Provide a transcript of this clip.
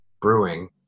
Brewing